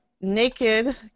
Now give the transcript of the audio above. naked